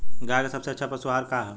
गाय के सबसे अच्छा पशु आहार का ह?